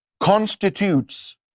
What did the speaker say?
Constitutes